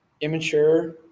immature